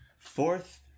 fourth